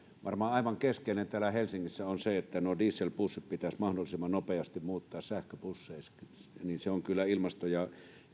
varmaan aivan keskeistä täällä helsingissä on se että nuo dieselbussit pitäisi mahdollisimman nopeasti muuttaa sähköbusseiksi se on kyllä ilmasto ja